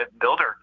builder